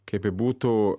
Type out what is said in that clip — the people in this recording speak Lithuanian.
kaip bebūtų